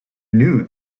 knew